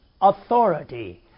authority